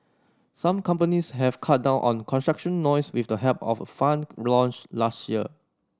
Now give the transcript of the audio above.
some companies have cut down on construction noise with the help of a fund launched last year